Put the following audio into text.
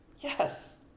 Yes